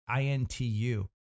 Intu